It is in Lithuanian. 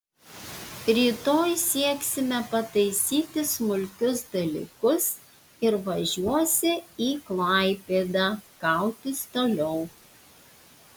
rytoj sieksime pataisyti smulkius dalykus ir važiuosi į klaipėdą kautis toliau